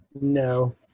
No